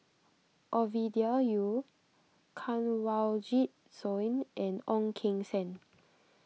Ovidia Yu Kanwaljit Soin and Ong Keng Sen